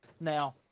Now